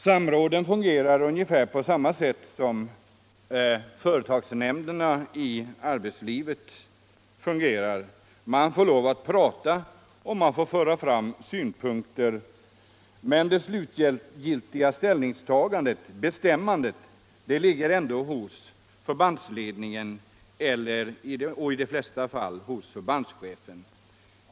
Samråden fungerar på ungefär samma sätt som företagsnämnderna i arbetslivet. Man får lov att prata och föra fram synpunkter, men det slutgiltiga ställningstagandet, bestämmandet, ligger ändå hos förbandsledningen och i de flesta fallen hos förbandschefen.